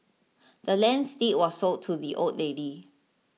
the land's deed was sold to the old lady